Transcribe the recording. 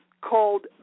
called